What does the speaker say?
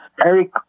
Eric